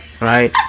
right